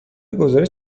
گزارش